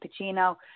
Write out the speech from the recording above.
Pacino